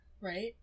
Right